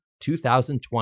2020